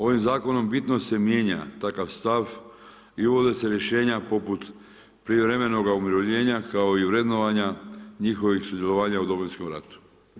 Ovim zakonom bitno se mijenja takav stav i uvode se rješenja poput prijevremenog umirovljenja kao i vrednovanja njihovih sudjelovanja u Domovinskom ratu.